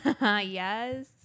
Yes